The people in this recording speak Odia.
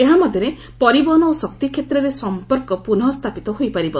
ଏହା ମଧ୍ୟରେ ପରିବହନ ଓ ଶକ୍ତି କ୍ଷେତ୍ରରେ ସମ୍ପର୍କ ପୁନଃସ୍ଥାପିତ ହୋଇପାରିବ